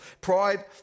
Pride